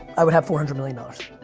i would have four hundred million dollars.